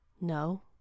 No